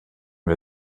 wir